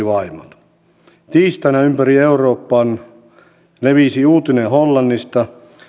tiistaina ympäri euroopan levisi uutinen hollannista